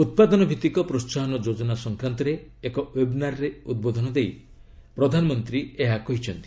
ଉତ୍ପାଦନ ଭିତ୍ତିକ ପ୍ରୋସାହନ ଯୋଜନା ସଂକ୍ରାନ୍ତରେ ଏକ ଓ୍ପେବ୍ନାରରେ ଉଦ୍ବୋଧନ ଦେଇ ପ୍ରଧାନମନ୍ତ୍ରୀ ଏହା କହିଛନ୍ତି